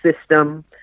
system